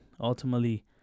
ultimately